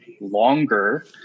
longer